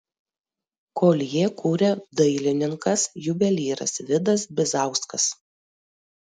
koljė kuria dailininkas juvelyras vidas bizauskas